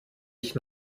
ich